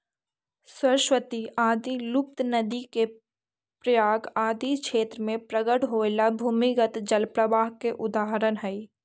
सरस्वती आदि लुप्त नदि के प्रयाग आदि क्षेत्र में प्रकट होएला भूमिगत जल प्रवाह के उदाहरण हई